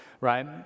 right